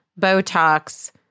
Botox